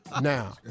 Now